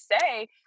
say